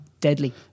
deadly